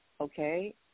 okay